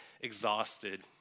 exhausted